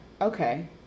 Okay